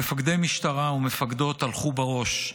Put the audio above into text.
מפקדי משטרה ומפקדות הלכו בראש,